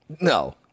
No